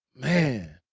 man.